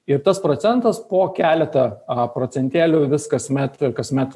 ir tas procentas po keletą procentėlių vis kasmet kasmet